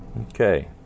Okay